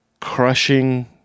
crushing